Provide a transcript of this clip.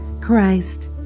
Christ